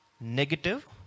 negative